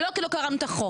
ולא כי לא קראנו את החוק.